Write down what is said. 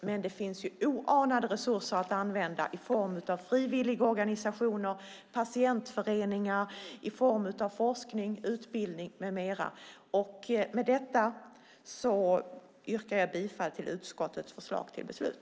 Men det finns oanade resurser att använda i form av frivilligorganisationer, patientföreningar, forskning, utbildning med mera. Herr talman! Med detta yrkar jag bifall till utskottets förslag till beslut.